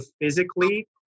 physically